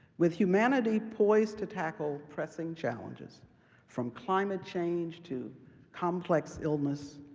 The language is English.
with humanity poised to tackle pressing challenges from climate change, to complex illness,